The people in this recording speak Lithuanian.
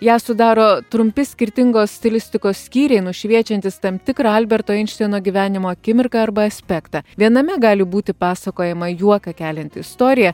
ją sudaro trumpi skirtingos stilistikos skyriai nušviečiantys tam tikrą alberto einšteino gyvenimo akimirką arba aspektą viename gali būti pasakojama juoką kelianti istorija